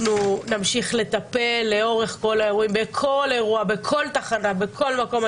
אנחנו נמשיך לטפל בכל האירוע, בכל תחנה, בכל מקום.